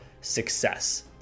success